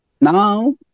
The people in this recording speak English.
now